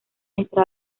entre